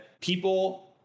people